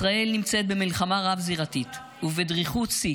ישראל נמצאת במלחמה רב-זירתית ובדריכות שיא